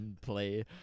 play